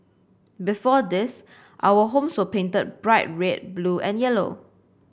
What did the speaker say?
before this our homes were painted bright red blue and yellow